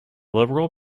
liberal